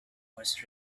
was